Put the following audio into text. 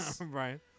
Right